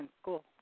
school